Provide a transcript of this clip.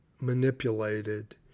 manipulated